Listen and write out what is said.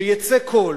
שיצא קול,